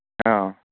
ꯑꯥꯎ